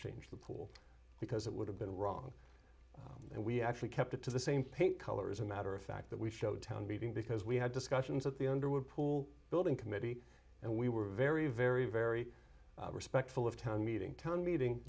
change the pool because it would have been wrong and we actually kept it to the same paint color as a matter of fact that we showed town meeting because we had discussions at the underwood pool building committee and we were very very very respectful of town meeting town meeting